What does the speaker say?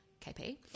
KP